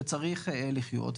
שצריך לחיות,